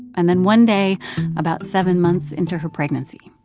and then one day about seven months into her pregnancy,